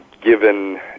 given